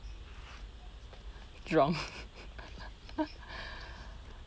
jurong